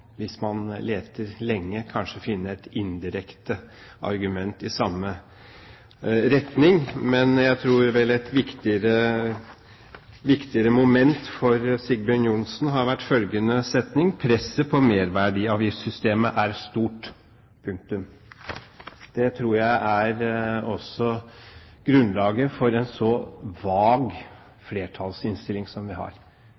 hvis man leter lenge, kanskje finne et indirekte argument i samme retning. Men jeg tror vel et viktigere moment for Sigbjørn Johnsen har vært følgende setning: «Presset på merverdiavgiftssystemet er stort.» Det tror jeg også er grunnlaget for en så